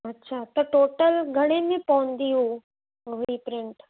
अछा त टोटल घणे जी पवंदी हू रीप्रिंट